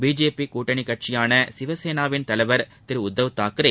BJP யின் கூட்டணி கட்சியான சிவசேனாவின் தலைவர் திரு உத்தவ் தாக்கரே